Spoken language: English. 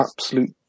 absolute